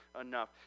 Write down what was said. enough